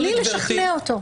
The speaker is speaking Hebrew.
בלי לשכנע אותו.